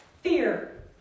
Fear